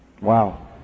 Wow